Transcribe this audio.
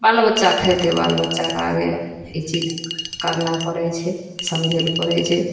बालो बच्चा खैतै बाल बच्चाके आगे ई चीज करनाइ पड़ै छै समझै लए पड़ै छै